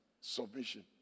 submission